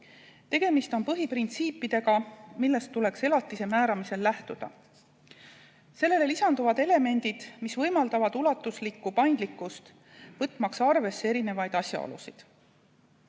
Tegemist on põhiprintsiipidega, millest tuleks elatise määramisel lähtuda. Nendele lisanduvad elemendid, mis võimaldavad ulatuslikku paindlikkust, võtmaks arvesse erisuguseid asjaolusid.